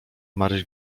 maryś